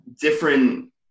different